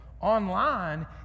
online